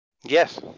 Yes